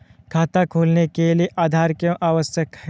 खाता खोलने के लिए आधार क्यो आवश्यक है?